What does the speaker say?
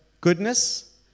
Goodness